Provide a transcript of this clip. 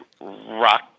rock